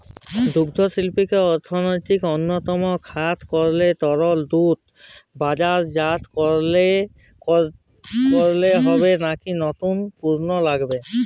দুগ্ধশিল্পকে অর্থনীতির অন্যতম খাত করতে তরল দুধ বাজারজাত করলেই হবে নাকি নতুন পণ্য লাগবে?